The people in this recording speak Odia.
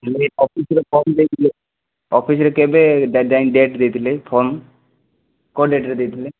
ମୁଁ ବି ଅଫିସରେ କହି ଦେଇଥିଲି ଅଫିସରେ କେବେ ଡେଟ୍ ଦେଇଥିଲେ ଫର୍ମ୍ କେଉଁ ଡେଟରେ ଦେଇଥିଲେ